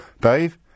Dave